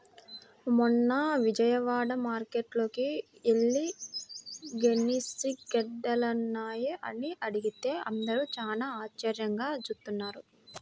మొన్న విజయవాడ మార్కేట్టుకి యెల్లి గెనిసిగెడ్డలున్నాయా అని అడిగితే అందరూ చానా ఆశ్చర్యంగా జూత్తన్నారు